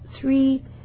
three